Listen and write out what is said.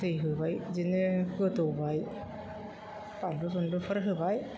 दै होबाय बिदिनो गोदौबाय बानलु बुनलुफोर होबाय